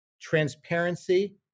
transparency